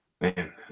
man